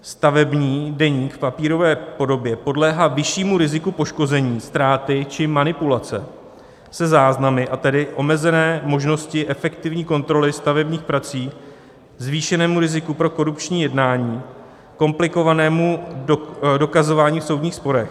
Stavební deník v papírové podobě podléhá vyššímu riziku poškození, ztráty či manipulace se záznamy, a tedy omezené možnosti efektivní kontroly stavebních prací, zvýšenému riziku pro korupční jednání, komplikovanému dokazování v soudních sporech.